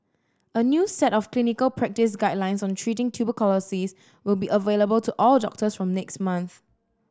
a new set of clinical practice guidelines on treating tuberculosis will be available to all doctors from next month